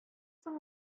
соң